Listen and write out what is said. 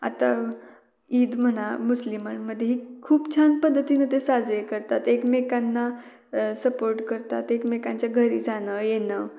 आता ईद म्हणा मुस्लिमांमध्ये ही खूप छान पद्धतीनं ते साजरे करतात एकमेकांना सपोर्ट करतात एकमेकांच्या घरी जाणं येणं